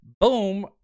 boom